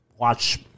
watch